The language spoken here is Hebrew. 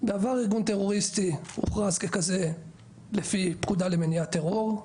בעבר ארגון טרוריסטי הוכרז ככזה לפי הפקודה למניעת טרור,